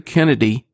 Kennedy